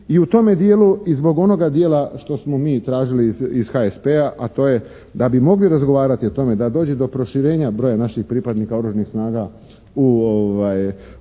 i u tome dijelu i zbog onoga dijela što smo mi tražili iz HSP-a a to je da bi mogli razgovarati o tome da dođe do proširenja broja naših pripadnika oružanih